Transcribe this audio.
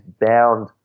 bound